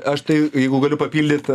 aš tai jeigu galiu papildyt